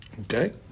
Okay